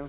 När